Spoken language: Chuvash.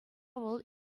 вӑл